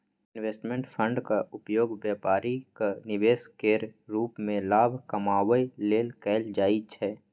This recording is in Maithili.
इंवेस्टमेंट फंडक उपयोग बेपारिक निवेश केर रूप मे लाभ कमाबै लेल कएल जाइ छै